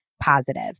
Positive